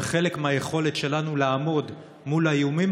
וחלק מהיכולת שלנו לעמוד מול האיומים